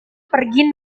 pergi